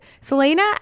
Selena